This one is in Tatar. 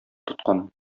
тоткан